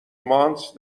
مانتس